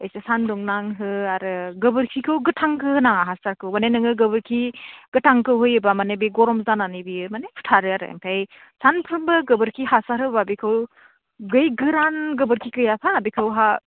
इसे सान्दुं नांहो आरो गोबोरखिखौ गोथांखौ होनाङा हासारखौ माने नोङो गोबोरखि गोथांखौ होयोबा माने बे गरम जानानै बेयो माने फुथारो आरो ओमफ्राय सानफ्रोमबो गोबोरखि हासार होबा बेखौ बै गोरान गोबोरखिखौ गैयाफा बेखौ हा